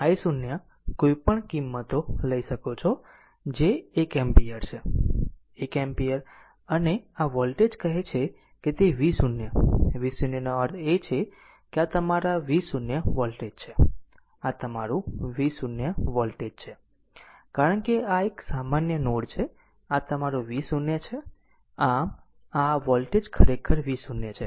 તમે i0 કોઈપણ કિંમતો લઈ શકો છો જે 1 એમ્પીયર છે 1 એમ્પીયર અને આ વોલ્ટેજ કહે છે કે તે V0 V0 નો અર્થ છે કે આ તમારા V0 વોલ્ટેજ છે આ તમારું V0 વોલ્ટેજ છે કારણ કે આ એક સામાન્ય નોડ છે અને આ તમારું V0 છે આમ આ વોલ્ટેજ ખરેખર V0 છે